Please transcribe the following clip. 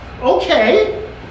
Okay